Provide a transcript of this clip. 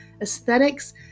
aesthetics